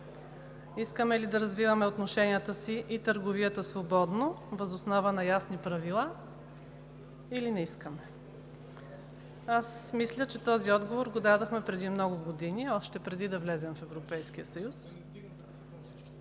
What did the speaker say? искаме ли да развиваме отношенията си и търговията свободно въз основа на ясни правила, или не искаме. Аз мисля, че този отговор го дадохме преди много години, още преди да влезем в Европейския съюз,